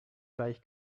gleich